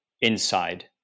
inside